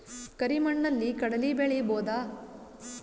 ಕರಿ ಮಣ್ಣಲಿ ಕಡಲಿ ಬೆಳಿ ಬೋದ?